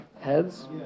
Heads